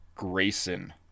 Grayson